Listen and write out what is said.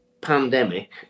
pandemic